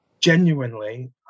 Genuinely